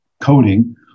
coding